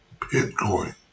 Bitcoin